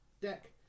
deck